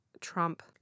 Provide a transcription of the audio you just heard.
Trump